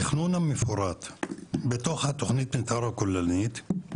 התכנון המפורט בתוך תוכנית המתאר הכוללנית,